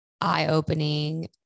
eye-opening